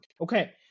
okay